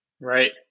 right